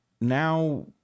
now